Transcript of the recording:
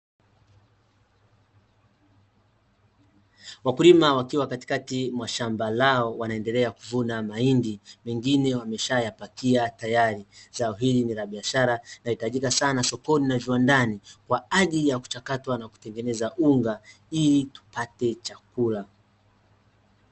Wakulima wakiwa katikati mwa shamba lao wanaendelea kuvuna mahindi mengine wameshayapakia tayari zao hili ni la biashara, linahitajika sana sokoni na viwandani kwa ajili ya kuchakatwa na kutengeneza unga ili tupate chakula.